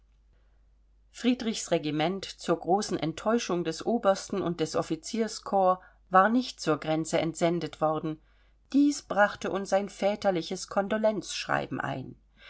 friedrichs regiment zur großen enttäuschung des obersten und des offizierkorps war nicht zur grenze entsendet worden dies brachte uns ein väterliches kondolenzschreiben ein